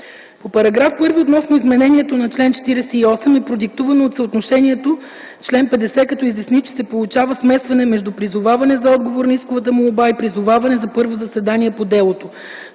По § 1 относно изменението на чл. 48 е продиктувано от съотношението с чл. 50, като изясни, че се получава смесване между призоваване за отговор на исковата молба и призоваването за първо заседание по делото,